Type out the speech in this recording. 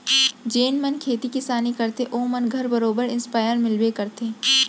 जेन मन खेती किसानी करथे ओ मन घर बरोबर इस्पेयर मिलबे करथे